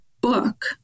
book